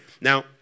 Now